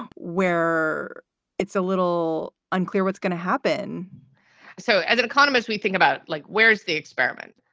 and where it's a little unclear what's going to happen so as an economist, we think about like, where's the experiment?